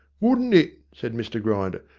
wouldn't it said mr grinder.